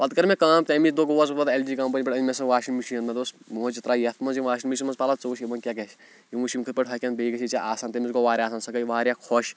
پَتہٕ کٔر مےٚ کٲم تَمی دۄہ گوس بہٕ پَتہٕ اٮ۪ل جی کمپنی پٮ۪ٹھ أنۍ مےٚ سۄ واشِنٛگ مِشیٖن مےٚ دوٚپُس موج یہِ ترٛایہِ یَتھ منٛز یہِ واشِنٛگ مِشیٖن منٛز پَلَو ژٕ وٕچھ یِمَن کیاہ گژھِ تٔمۍ وٕچھ یِم کِتھ کٲٹھۍ ہۄکھن بیٚیہِ گژھِ ژےٚ آسان تٔمِس گوٚو واریاہ آسان سۄ گٔیے واریاہ خۄش